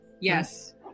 Yes